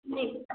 जी